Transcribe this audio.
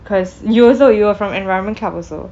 cause you also you were from environment club also